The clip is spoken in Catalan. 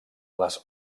les